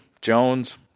Jones